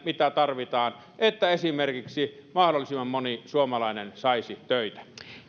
mitä tarvitaan että esimerkiksi mahdollisimman moni suomalainen saisi töitä